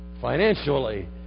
financially